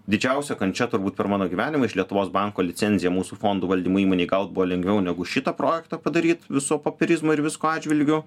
didžiausia kančia turbūt per mano gyvenimą iš lietuvos banko licenciją mūsų fondų valdymo įmonei gaut buvo lengviau negu šitą projektą padaryt viso popierizmo ir visko atžvilgiu